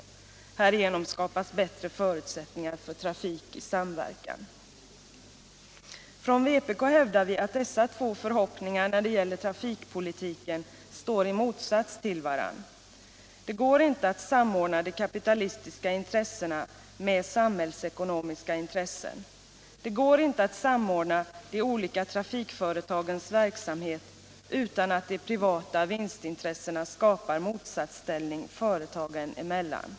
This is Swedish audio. Härigenom skapas bättre förutsättningar för trafik i = av icke lönsamma samverkan.” järnvägslinjer Från vpk hävdar vi att dessa två förhoppningar när det gäller tra = m.m. fikpolitiken står i motsats till varandra. Det går inte att samordna de kapitalistiska intressena med samhällsekonomiska intressen. Det går inte att samordna de olika trafikföretagens verksamhet utan att de privata vinstintressena skapar motsatsställning företagen emellan.